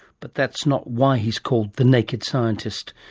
but that's not why he is called the naked scientist.